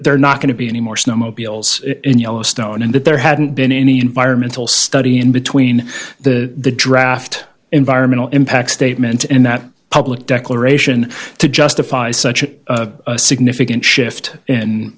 not going to be any more snowmobiles in yellowstone and that there hadn't been any environmental study in between the draft environmental impact statement and that public declaration to justify such a significant shift